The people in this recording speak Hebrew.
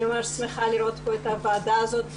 אני ממש שמחה לראות פה את הוועדה הזאת,